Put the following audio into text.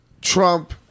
Trump